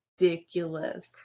ridiculous